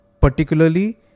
particularly